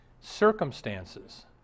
Circumstances